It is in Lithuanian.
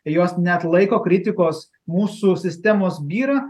jos neatlaiko kritikos mūsų sistemos byra